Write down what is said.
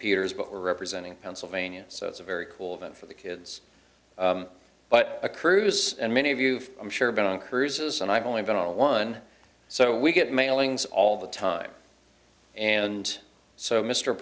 peters but we're representing pennsylvania so it's a very cool event for the kids but a cruise and many of you i'm sure been on cruises and i've only been on one so we get mailings all the time and so mr